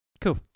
Cool